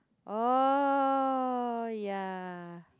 oh yeah